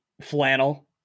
flannel